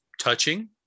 touching